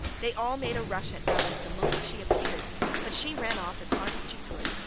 they all made a rush at alice the moment she appeared but she ran off as hard as she could,